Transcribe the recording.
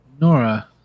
Nora